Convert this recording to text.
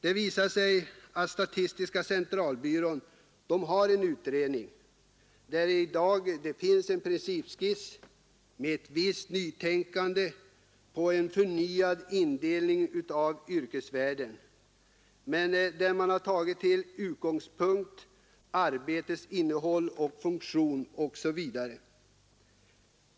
Det visade sig att statistiska centralbyrån har en utredning — där finns i dag en principskiss — med ett visst nytänkande på en förnyad indelning av yrkesvärlden, där man tagit till utgångspunkt arbetets innehåll, funktion osv.